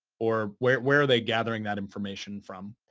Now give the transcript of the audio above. or where where they gathering that information from?